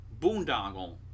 boondoggle